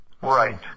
Right